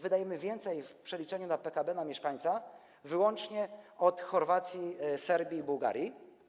Wydajemy więcej w przeliczeniu na PKB na mieszkańca wyłącznie od Chorwacji, Serbii i Bułgarii.